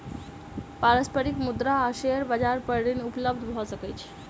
पारस्परिक मुद्रा आ शेयर पर ऋण उपलब्ध भ सकै छै